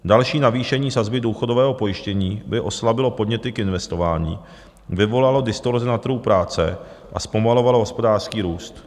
Další navýšení sazby důchodového pojištění by oslabilo podněty k investování, vyvolalo distorzi na trhu práce a zpomalovalo hospodářský růst.